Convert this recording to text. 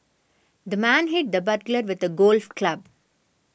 the man hit the burglar with a golf club